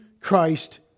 Christ